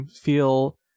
feel